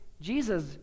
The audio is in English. Jesus